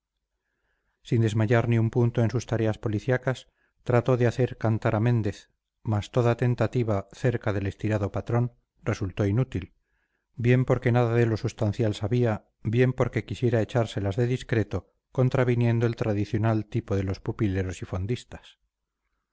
sin desmayar ni un punto en sus tareas policiacas trató de hacer cantar a méndez mas toda tentativa cerca del estirado patrón resultó inútil bien porque nada de lo substancial sabía bien porque quisiera echárselas de discreto contraviniendo el tradicional tipo de los pupileros y fondistas